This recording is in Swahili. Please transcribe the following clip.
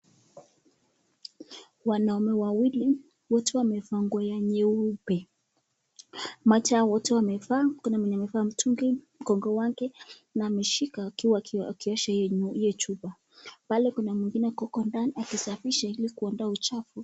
Wanaume wawili, wote wamevaa nguo ya nyeupe, hawa wote wamevaa, kuna mwenye amevaa mtungi mgongo wake na ameshika akiwa akiosha hiyo chupa, pale kuna mwingine ako huko ndani akisafisha ili kuondoa uchafu.